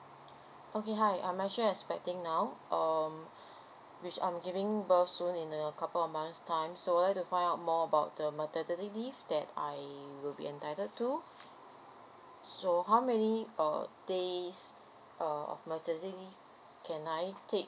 okay hi I'm actually expecting now um which I'm giving birth soon in a couple of months time so I'd like to find out more about the maternity leave that I will be entitled to so how many uh days err maternity leave can I take